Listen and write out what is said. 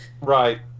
Right